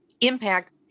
impact